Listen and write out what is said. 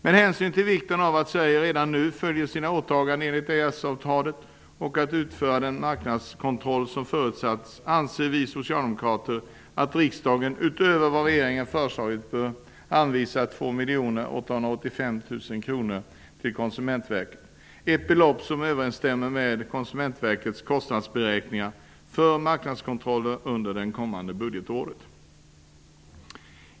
Med hänsyn till vikten av att Sverige redan nu fullföljer sina åtaganden enligt EES-avtalet och utför den marknadskontroll som förutsatts anser vi socialdemokrater att riksdagen utöver vad regeringen har föreslagit bör anvisa 2 885 000 till Konsumentverket, ett belopp som överensstämmer med Konsumentverkets kostnadsberäkningar för marknadskontroller under det kommande budgetåret.